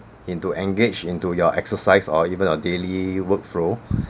into engage into your exercise or even your daily work flow